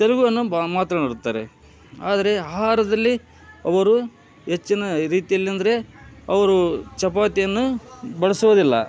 ತೆಲಗುವನ್ನು ಬಾ ಮಾತನಾಡುತ್ತಾರೆ ಆದರೆ ಆಹಾರದಲ್ಲಿ ಅವರು ಹೆಚ್ಚಿನ ರೀತಿಯಲ್ಲಂದರೆ ಅವರು ಚಪಾತಿಯನ್ನು ಬಳಸೋದಿಲ್ಲ